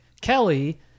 Kelly